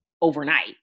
overnight